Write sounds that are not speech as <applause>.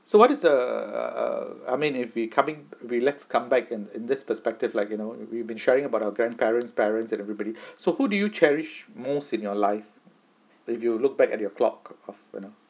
so what is the err I mean if we coming relax comeback in in this perspective like you know we've been sharing about our grandparents parents and everybody <breath> so who do you cherish most in your life if you look back at your clock half you know